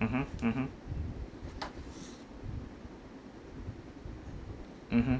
mmhmm mmhmm mmhmm